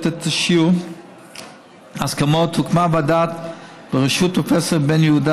את שיעור ההסכמות הוקמה ועדה בראשות פרופ' בן יהודה,